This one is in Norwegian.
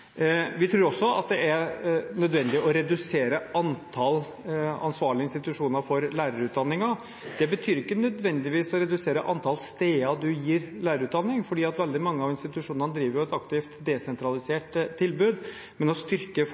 Vi tror også at det er nødvendig å redusere antall ansvarlige institusjoner for lærerutdanningen. Det betyr ikke nødvendigvis å redusere antall steder man gir lærerutdanning – veldig mange av institusjonene driver jo et aktivt desentralisert tilbud – men å styrke